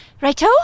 Righto